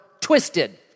twisted